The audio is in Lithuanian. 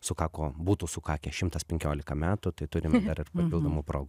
sukako būtų sukakę šimtas penkiolika metų tai turim dar ir papildomų progų